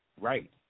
right